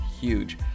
huge